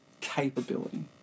capability